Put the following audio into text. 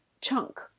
chunk